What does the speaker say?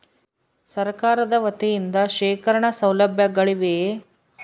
ಸರಕಾರದ ವತಿಯಿಂದ ಶೇಖರಣ ಸೌಲಭ್ಯಗಳಿವೆಯೇ?